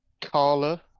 Carla